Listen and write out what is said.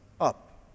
up